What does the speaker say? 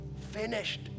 finished